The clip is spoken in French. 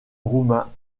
roumain